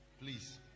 please